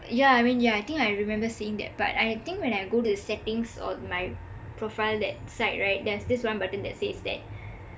yah I mean yah I think I remember seeing that part I remember when I go to the settings on my profile that side right there's this one portion that says that